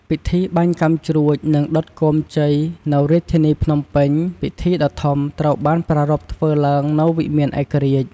ពិធីបាញ់កាំជ្រួច និងដុតគោមជ័យ នៅរាជធានីភ្នំពេញ ពិធីដ៏ធំត្រូវបានប្រារព្ធធ្វើឡើងនៅវិមានឯករាជ្យ។